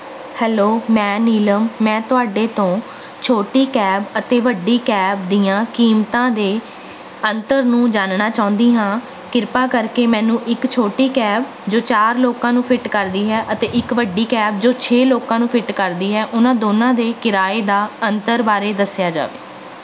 hello ਮੈਂ ਨੀਲਮ ਮੈਂ ਤੁਹਾਡੇ ਤੋਂ ਛੋਟੀ ਕੈਬ ਅਤੇ ਵੱਡੀ ਕੈਬ ਦੀਆਂ ਕੀਮਤਾਂ ਦੇ ਅੰਤਰ ਨੂੰ ਜਾਣਨਾ ਚਾਹੁੰਦੀ ਹਾਂ ਕਿਰਪਾ ਕਰਕੇ ਮੈਨੂੰ ਇੱਕ ਛੋਟੀ ਕੈਬ ਜੋ ਚਾਰ ਲੋਕਾਂ ਨੂੰ ਫਿੱਟ ਕਰਦੀ ਹੈ ਅਤੇ ਇੱਕ ਵੱਡੀ ਕੈਬ ਜੋ ਛੇ ਲੋਕਾਂ ਨੂੰ ਫਿੱਟ ਕਰਦੀ ਹੈ ਉਨ੍ਹਾਂ ਦੋਨਾਂ ਦੇ ਕਿਰਾਏ ਦਾ ਅੰਤਰ ਬਾਰੇ ਦੱਸਿਆ ਜਾਵੇ